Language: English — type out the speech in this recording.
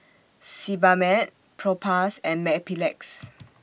Sebamed Propass and Mepilex